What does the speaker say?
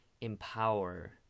empower